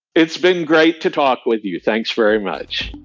it's been great to talk with you. thanks very much